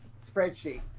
spreadsheet